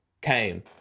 came